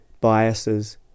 biases